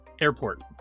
Airport